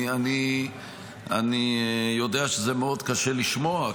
אני יודע שזה מאוד קשה לשמוע,